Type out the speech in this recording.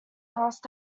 passed